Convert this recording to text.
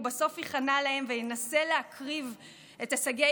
הוא בסוף ייכנע להם וינסה להקריב את הישגי